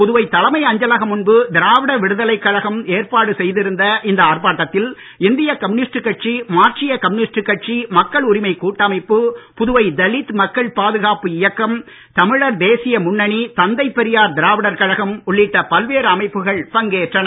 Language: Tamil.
புதுவை தலைமை அஞ்சலகம் முன்பு திராவிடர் விடுதலைக் கழகம் ஏற்பாடு செய்திருந்த இந்த ஆர்ப்பாட்டத்தில் இந்திய கம்யூனிஸ்ட் கட்சி மார்க்சீய கம்யூனிஸ்ட் கட்சி மக்கள் உரிமைக் கூட்டமைப்பு புதுவை தலித் மக்கள் பாதுகாப்பு இயக்கம் தமிழர் தேசிய முன்னணி தந்தை பெரியார் திராவிடர் கழகம் உள்ளிட்ட பல்வேறு அமைப்புகள் பங்கேற்றன